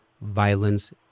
violence